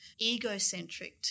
egocentric